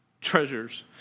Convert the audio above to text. treasures